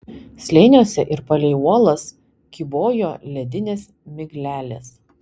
slėniuose ir palei uolas kybojo ledinės miglelės